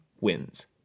wins